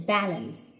Balance